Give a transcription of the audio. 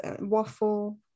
Waffle